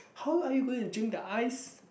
how are you going to drink the ice